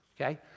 okay